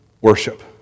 worship